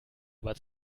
aber